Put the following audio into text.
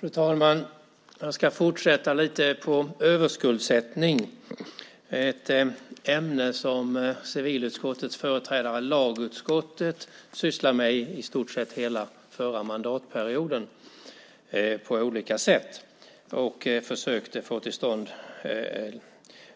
Fru talman! Jag ska fortsätta lite med överskuldsättning, ett ämne som civilutskottets företrädare lagutskottet sysslade med i stort sett hela förra mandatperioden. Det gjordes på olika sätt, och man försökte få till stånd